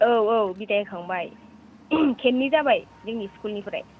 औ औ बिदाय होखांबाय खेबनै जाबाय जोंनि स्कुलनिफ्राय